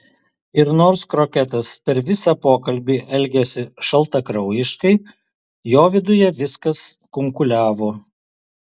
ir nors kroketas per visą pokalbį elgėsi šaltakraujiškai jo viduje viskas kunkuliavo